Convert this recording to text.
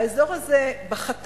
האזור הזה בחטף